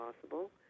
possible